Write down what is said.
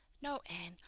no, anne,